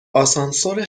آسانسور